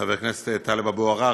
חבר הכנסת טלב אבו עראר,